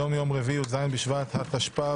היום יום רביעי, י"ז בשבט התשפ"ב,